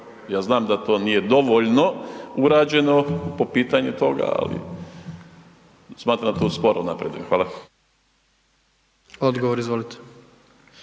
ja znam da to nije dovoljno urađeno po pitanju toga, ali smatram da to sporo napreduje. Hvala. **Jandroković,